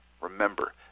remember